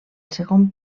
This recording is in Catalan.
segon